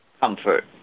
comfort